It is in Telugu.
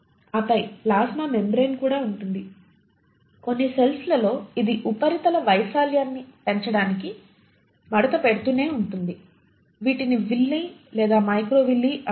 ఆపై ప్లాస్మా మెంబ్రేన్ కూడా ఉంటుంది కొన్ని సెల్స్ లలో ఇది ఉపరితల వైశాల్యాన్ని పెంచడానికి మడత పెడుతూనే ఉంటుంది వీటిని విల్లీ లేదా మైక్రోవిల్లి అంటారు